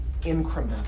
incremental